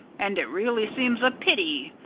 and it really seems a pity,